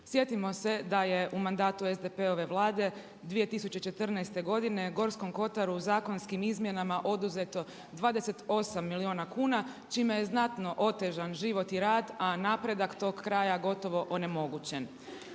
Sjetimo se da je u mandatu SDP-ove vlade 2014. godine Gorskom kotaru zakonskim izmjenama oduzeto 28 milijuna kuna čime je znatno otežan život i rada, a napredak tog kraja gotovo onemogućen.